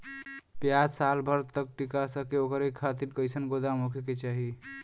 प्याज साल भर तक टीका सके ओकरे खातीर कइसन गोदाम होके के चाही?